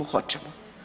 Hoćemo.